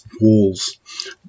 walls